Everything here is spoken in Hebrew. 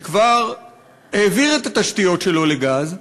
שכבר העביר את התשתיות שלו לגז,